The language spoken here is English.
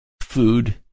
food